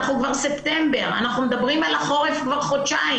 אנחנו כבר בספטמבר ואנחנו מדברים על החורף כבר חודשיים.